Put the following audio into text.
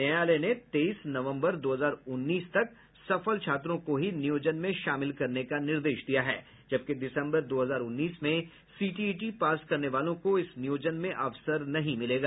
न्यायालय ने तेईस नवम्बर दो हजार उन्नीस तक सफल छात्रों को ही नियोजन में शामिल करने का निर्देश दिया है जबकि दिसम्बर दो हजार उन्नीस में सीटीईटी पास करने वालों को इस नियोजन में अवसर नहीं मिलेगा